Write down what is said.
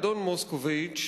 האדון מוסקוביץ,